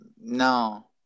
No